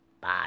Bye